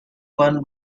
won